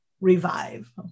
revive